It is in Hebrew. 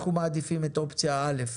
אנחנו מעדיפים את אופציה א',